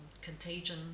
contagion